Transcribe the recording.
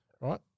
Right